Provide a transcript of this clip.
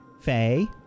Faye